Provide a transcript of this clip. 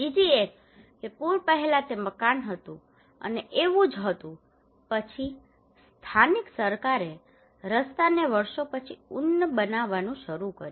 બીજી એક એ છે કે પૂર પહેલા તે એક મકાન હતું અને તે એવું જ હતું પછી સ્થાનિક સરકારે રસ્તાને વર્ષો પછી ઉન્નત બનાવવાનું શરૂ કર્યું